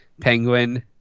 penguin